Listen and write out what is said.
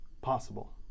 possible